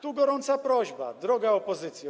Tu gorąca prośba, droga opozycjo.